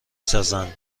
سازند